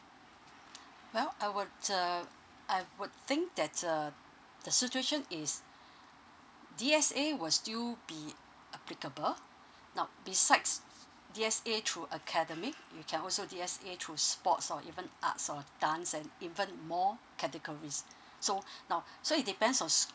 well I would uh I would think that uh the situation is D_S_A will still be applicable now besides D_S_A through academic you can also D_S_A through sports or even arts or dance and even more categories so now so it depends on